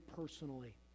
personally